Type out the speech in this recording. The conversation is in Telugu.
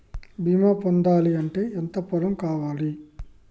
బీమా పొందాలి అంటే ఎంత పొలం కావాలి?